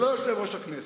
ולא יושב-ראש הכנסת.